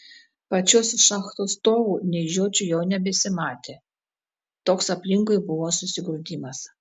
pačios šachtos stovų nei žiočių jau nebesimatė toks aplinkui buvo susigrūdimas